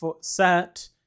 set